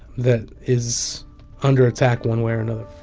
that is under attack one way or another